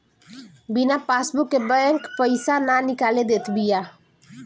बिना पासबुक के बैंक पईसा ना निकाले देत बिया